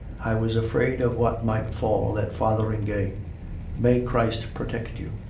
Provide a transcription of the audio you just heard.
i was afraid of what might fall at fotheringay. may christ protect you!